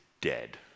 dead